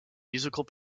musical